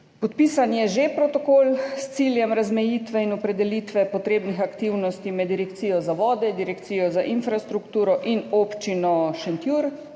Podpisan je že protokol s ciljem razmejitve in opredelitve potrebnih aktivnosti med Direkcijo za vode, Direkcijo za infrastrukturo in Občino Šentjur